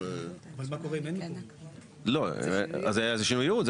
אבל מה קורה אם אין --- אז זה שינוי יעוד,